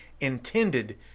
intended